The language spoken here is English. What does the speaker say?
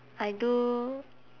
I do